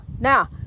now